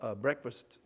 breakfast